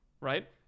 right